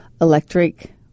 electric